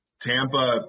Tampa